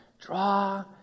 Draw